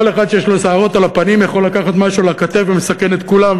כל אחד שיש לו שערות על הפנים יכול לקחת משהו לכתף והוא מסכן את כולם.